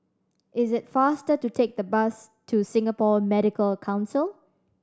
is it faster to take the bus to Singapore Medical Council